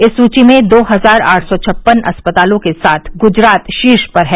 इस सूची में दो हजार आठ सौ छप्पन अस्पतालों के साथ गुजरात शीर्ष पर है